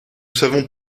savons